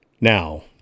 now